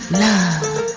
love